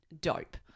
dope